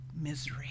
misery